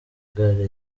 gare